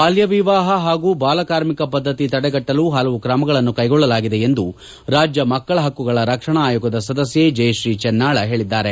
ಬಾಲ್ಯ ವಿವಾಹ ಹಾಗೂ ಬಾಲ ಕಾರ್ಮಿಕ ಪದ್ದತಿ ತಡೆಗಟ್ಟಲು ಹಲವು ಕ್ರಮಗಳನ್ನು ಕೈಗೊಳ್ಳಲಾಗಿದೆ ಎಂದು ರಾಜ್ಯ ಮಕ್ಕಳ ಹಕ್ಕುಗಳ ರಕ್ಷಣಾ ಆಯೋಗದ ಸದಸ್ಯ ಜಯಶ್ರೀ ಚೆನ್ನಾಳ ಹೇಳಿದ್ದಾರೆ